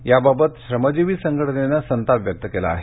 याबाबत श्रमजीवी संघटनेनं संताप व्यक्त केला आहे